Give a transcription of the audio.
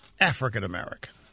African-American